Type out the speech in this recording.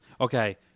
Okay